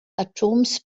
atoms